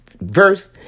Verse